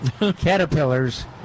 Caterpillars